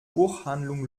buchhandlung